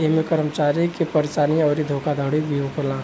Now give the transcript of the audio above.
ऐमे कर्मचारी के परेशानी अउर धोखाधड़ी भी होला